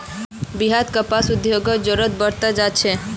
बिहारत कपास उद्योगेर जरूरत बढ़ त जा छेक